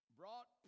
brought